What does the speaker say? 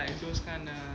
it was kind of